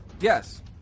Yes